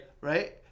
Right